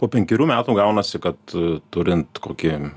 po penkerių metų gaunasi kad turint kokį